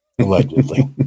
Allegedly